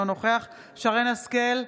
אינו נוכח שרן מרים השכל,